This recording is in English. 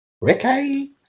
Ricky